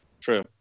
True